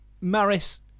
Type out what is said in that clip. Maris